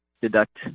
deduct